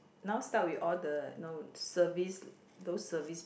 now start with all the no service those service